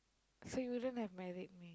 so you wouldn't have married me